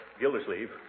Gildersleeve